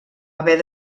haver